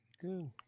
Good